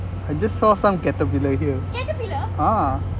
I just saw some caterpillar here